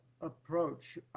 approach